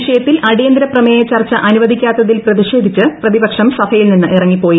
വിഷയത്തിൽ അടിയന്തരപ്രമേയ ചർച്ച അനുവദിക്കാത്തതിൽ പ്രതിഷേധിച്ച് പ്രതിപക്ഷം സഭയിൽ നിന്ന് ഇറങ്ങിപ്പോയി